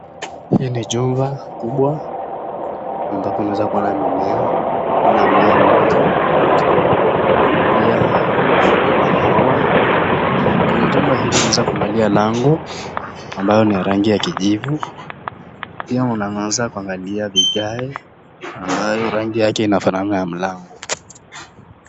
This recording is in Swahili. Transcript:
Hii ni jumba kubwa ambapo unaweza kuona mimea kuna mimea moja wa mti pia kuna maua kwenye jumba hili unaweza kuangalia lango ambayo ni ya rangi ya kijivu pia unaweza kuangalia vigae ambayo rangi yake inafanana na ya mlango.